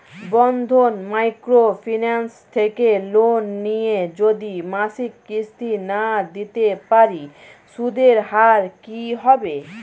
বন্ধন micro finance থেকে loan নিয়ে যদি মাসিক কিস্তি না দিতে পারি সুদের হার কি হবে?